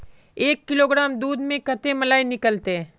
एक किलोग्राम दूध में कते मलाई निकलते?